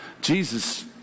Jesus